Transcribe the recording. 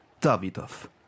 Davidov